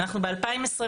אנחנו ב-2022,